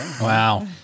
Wow